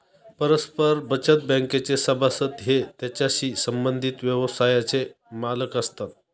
परस्पर बचत बँकेचे सभासद हे त्याच्याशी संबंधित व्यवसायाचे मालक असतात